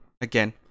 again